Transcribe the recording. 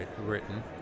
written